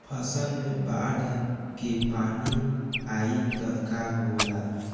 फसल मे बाढ़ के पानी आई त का होला?